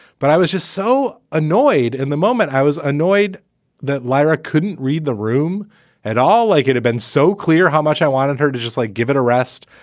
but i was just so annoyed in the moment. i was annoyed that lyra couldn't read the room at all, like it had been so clear how much i wanted her to just like give it a rest.